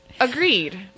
agreed